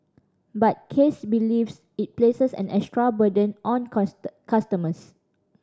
but Case believes it places an extra burden on customers